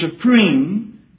supreme